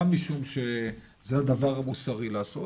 גם משום שזה הדבר המוסרי לעשות